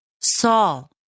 Saul